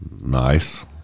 Nice